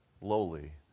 lowly